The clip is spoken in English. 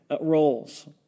roles